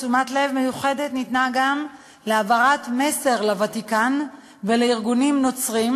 תשומת לב מיוחדת ניתנה גם להעברת מסר לוותיקן ולארגונים נוצריים,